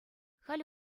халӗ